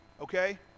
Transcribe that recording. Okay